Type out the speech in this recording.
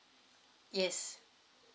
yes